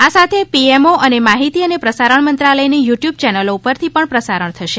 આ સાથે પીએમઓ અને માહિતી અને પ્રસારણ મંત્રાલયની યુ ટ્યૂબ ચેનલો ઉપરથી પણ પ્રસારમ થશે